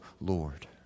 Lord